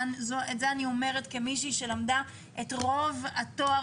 את זה אני אומרת כמישהי שלמדה את רוב התואר